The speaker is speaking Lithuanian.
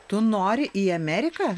tu nori į ameriką